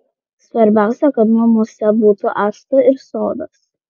svarbiausia kad namuose būtų acto ir sodos